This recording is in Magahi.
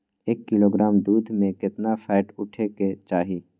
एक किलोग्राम दूध में केतना फैट उठे के चाही?